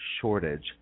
shortage